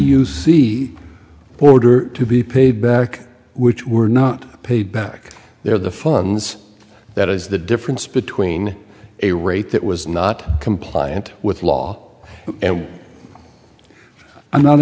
see order to be paid back which were not paid back their the fun's that is the difference between a rate that was not compliant with law and i'm not